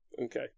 Okay